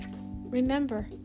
remember